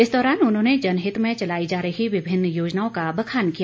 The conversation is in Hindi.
इस दौरान उन्होंने जनहित में चलाई जा रही विभिन्न योजनाओं का बखान किया